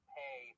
pay